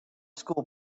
school